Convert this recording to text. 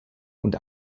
und